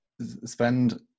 spend